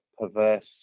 perverse